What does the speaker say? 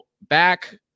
back